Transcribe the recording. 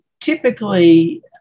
typically